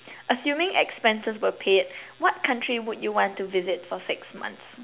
assuming expenses were paid what country would you want to visit for six months